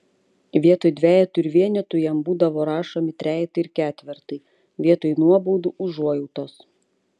vietoj dvejetų ir vienetų jam būdavo rašomi trejetai ir ketvirtai vietoj nuobaudų užuojautos